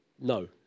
no